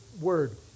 word